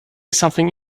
something